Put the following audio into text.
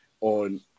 on